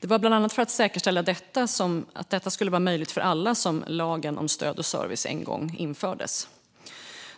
Det var bland annat för att säkerställa att det här skulle vara möjligt för alla som lagen om stöd och service en gång infördes.